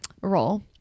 role